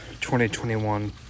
2021